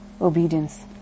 obedience